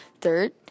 third